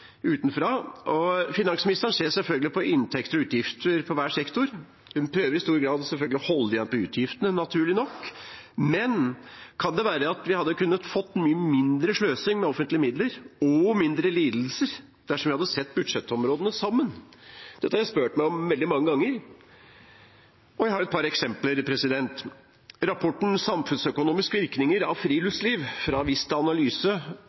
utenfra. Finansministeren ser selvfølgelig på inntekter og utgifter for hver sektor. Hun prøver i stor grad selvfølgelig å holde igjen på utgiftene, naturlig nok. Men kan det være at vi hadde kunnet få mye mindre sløsing med offentlige midler og mindre lidelse dersom vi hadde sett budsjettområdene sammen? Dette har jeg spurt meg om veldig mange ganger. Jeg har et par eksempler. Rapporten «Samfunnsøkonomiske virkninger av friluftsliv» fra Vista Analyse